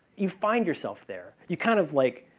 you find yourself there, you kind of like